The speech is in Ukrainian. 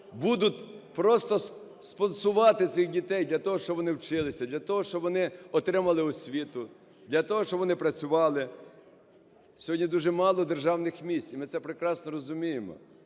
будуть просто спонсорувати цих дітей, для того щоб вони вчилися, для того щоб вони отримали освіту, для того щоб вони працювали. Сьогодні дуже мало державних місць, і ми це прекрасно розуміємо.